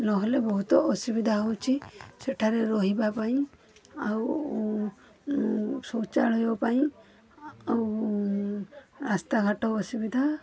ନହେଲେ ବହୁତ ଅସୁବିଧା ହେଉଛି ସେଠାରେ ରହିବା ପାଇଁ ଆଉ ଶୌଚାଳୟ ପାଇଁ ଆଉ ରାସ୍ତାଘାଟ ଅସୁବିଧା